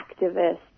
activists